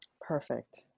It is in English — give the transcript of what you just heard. Perfect